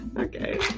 Okay